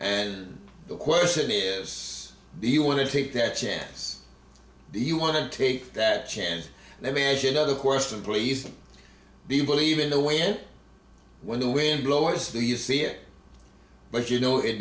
and the question is do you want to take that chance do you want to take that chance let me ask you another question please do you believe in the way it when the wind blow is to you see it but you know it